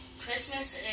Christmas